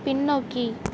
பின்னோக்கி